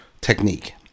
technique